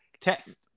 test